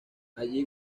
allí